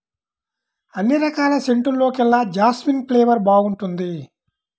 అన్ని రకాల సెంటుల్లోకెల్లా జాస్మిన్ ఫ్లేవర్ బాగుంటుంది